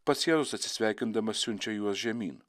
pats jėzus atsisveikindamas siunčia juos žemyn